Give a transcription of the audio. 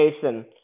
Jason